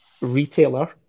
retailer